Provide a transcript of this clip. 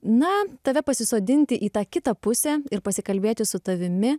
na tave pasisodinti į tą kitą pusę ir pasikalbėti su tavimi